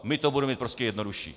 My to budeme mít prostě jednodušší.